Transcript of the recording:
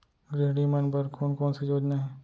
गृहिणी मन बर कोन कोन से योजना हे?